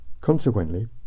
Consequently